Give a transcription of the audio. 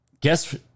guess